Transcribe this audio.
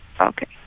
Okay